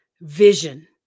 vision